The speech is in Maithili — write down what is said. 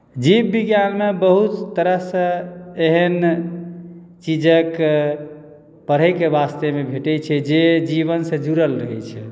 जीवविज्ञानमे बहुत तरहसँ एहन चीजक पढ़यके वास्तेमे भेटैत छै जे जीवनसँ जुड़ल रहैत छै